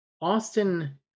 Austin